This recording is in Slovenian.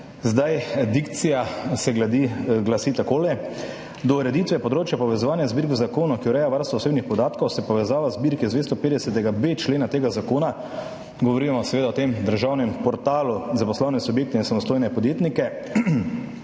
Dikcija se glasi takole: »Do ureditve področja povezovanja zbirk v zakonu, ki ureja varstvo osebnih podatkov, se povezave zbirk iz 250.b člena tega zakona,« govorimo seveda o državnem portalu za poslovne subjekte in samostojne podjetnike